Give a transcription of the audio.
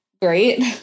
great